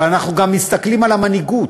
אבל אנחנו גם מסתכלים על המנהיגות,